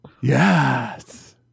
Yes